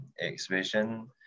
exhibition